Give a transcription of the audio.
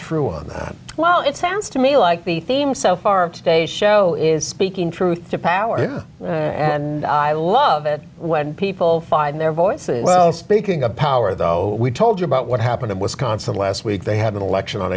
through on that well it sounds to me like the theme so far today show is speaking truth to power and i love it when people find their voices well speaking of power though we told you about what happened in wisconsin last week they have an election on